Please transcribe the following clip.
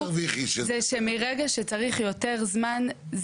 זה שמרגע שצריך יותר זמן,